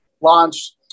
launch